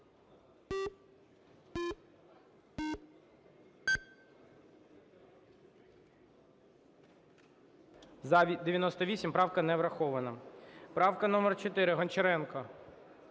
За-98 Правка не врахована. Правка номер 4, Гончаренко.